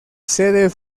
sede